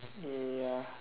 ya